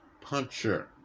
puncher